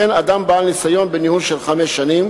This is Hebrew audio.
וכן אדם בעל ניסיון בניהול של חמש שנים